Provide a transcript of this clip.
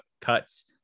cuts